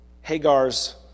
Hagar's